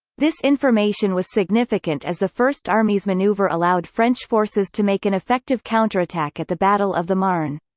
this information was significant as the first army's manoeuvre allowed french forces to make an effective counter-attack at the battle of the marne.